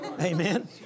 Amen